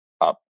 up